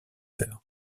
heure